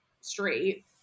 straight